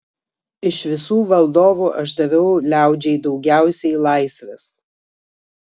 iš visų valdovų aš daviau liaudžiai daugiausiai laisvės